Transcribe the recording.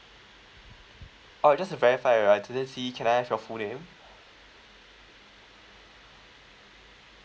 orh just to verify right to this can I have your full name